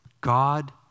God